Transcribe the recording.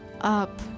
up